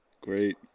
great